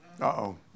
uh-oh